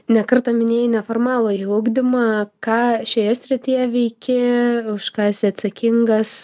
ne kartą minėjai neformalųjį ugdymą ką šioje srityje veiki už ką esi atsakingas